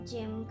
Jim